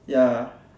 ya